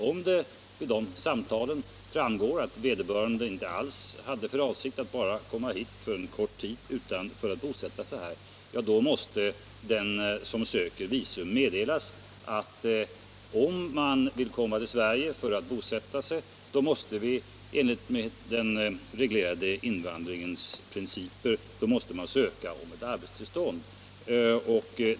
Om det vid dessa samtal framgår att vederbörande inte alls hade för avsikt att komma hit bara för en kort tid utan för att bosätta sig här, måste den som ansöker om visum meddelas att vederbörande i så fall enligt den reglerade invandringens principer måste söka arbetstillstånd.